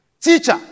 Teacher